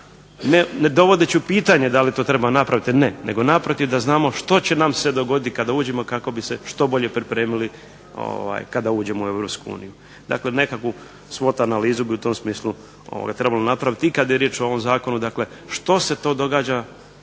Ne dovodeći u pitanje da li to treba napraviti, ne, nego naprotiv da znamo što će nam se dogoditi kada uđemo i kako bi se što bolje pripremili kada uđemo u EU. Dakle nekakvu swat analizu bi trebalo napraviti i kada je riječ o ovom zakonu, dakle što se to događa